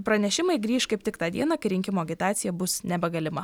pranešimai grįš kaip tik tą dieną kai rinkimų agitacija bus nebegalima